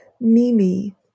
Mimi